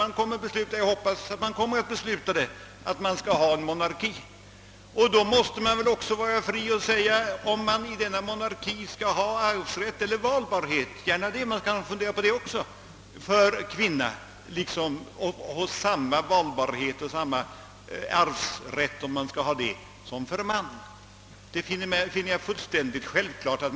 Jag hoppas för min del att man fattar beslut i den riktningen. Då måste man väl också vara fri att säga om man i denna monarki. skall ha samma arvsrätt eller samma valbarhet för kvinna som för man. Att man skall kunna fundera också över detta utan att på något sätt vara bunden finner jag fullkomligt självklart.